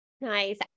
Nice